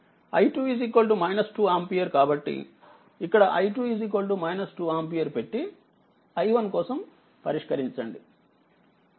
i2 2ఆంపియర్కాబట్టిఇక్కడ i2 2ఆంపియర్ పెట్టి i1కోసం పరిష్కరించండి